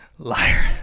Liar